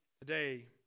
today